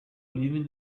leaving